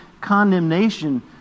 condemnation